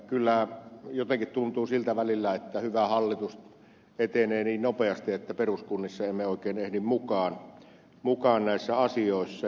kyllä jotenkin tuntuu siltä välillä että hyvä hallitus etenee niin nopeasti että peruskunnissa emme oikein ehdi mukaan näissä asioissa